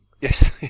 yes